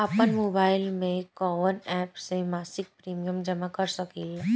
आपनमोबाइल में कवन एप से मासिक प्रिमियम जमा कर सकिले?